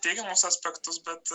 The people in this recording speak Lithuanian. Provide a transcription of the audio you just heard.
teigiamus aspektus bet